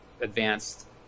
advanced